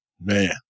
Man